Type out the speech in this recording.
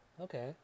Okay